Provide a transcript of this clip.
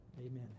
amen